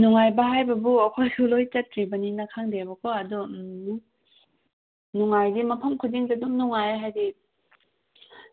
ꯅꯨꯡꯉꯥꯏꯕ ꯍꯥꯏꯕꯕꯨ ꯑꯩꯈꯣꯏꯁꯨ ꯂꯣꯏ ꯆꯠꯇ꯭ꯔꯤꯕꯅꯤꯅ ꯈꯪꯗꯦꯕ ꯀꯣ ꯑꯗꯣ ꯅꯨꯡꯉꯥꯏꯕꯗꯤ ꯃꯐꯝ ꯈꯨꯗꯤꯡꯗ ꯑꯗꯨꯝ ꯅꯨꯡꯉꯥꯏ ꯍꯥꯏꯗꯤ